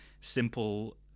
simple